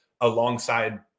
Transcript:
alongside